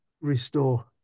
restore